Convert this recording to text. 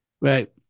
Right